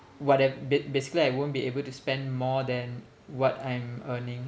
whate~ ba~ basically I won't be able to spend more than what I'm earning